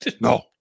no